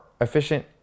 efficient